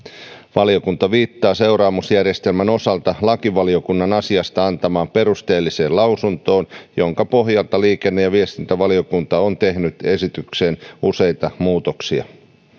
valiokunta viittaa seuraamusjärjestelmän osalta lakivaliokunnan asiasta antamaan perusteelliseen lausuntoon jonka pohjalta liikenne ja viestintävaliokunta on tehnyt esitykseen useita muutoksia